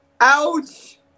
Ouch